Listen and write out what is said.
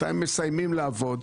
מתי מסיימים לעבוד,